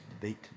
debate